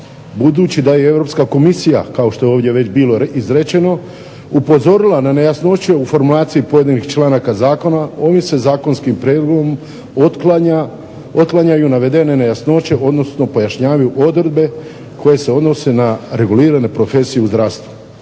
Budući da i Europska komisija kao što je ovdje već bilo izrečeno upozorila na nejasnoće u formulaciji pojedinih članaka zakona ovim se zakonskim prijedlogom otklanjaju navedene nejasnoće odnosno pojašnjavaju odredbe koje se odnose na regulirane profesije u zdravstvu.